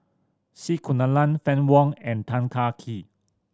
C Kunalan Fann Wong and Tan Kah Kee